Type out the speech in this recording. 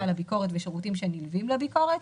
לביקורת ולשירותים שנילווים לביקורת,